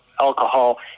alcohol